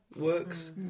works